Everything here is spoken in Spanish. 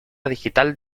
digital